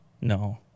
No